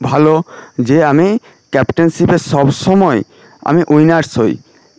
ভালো যে আমি ক্যাপ্টেনশিপের সব সময় আমি উইনার্স হই